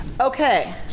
Okay